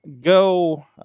go